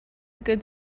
good